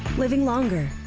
living longer,